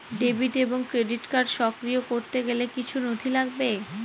Debit এবং credit card সক্রিয় করতে গেলে কিছু নথি লাগবে?